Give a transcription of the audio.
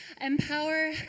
empower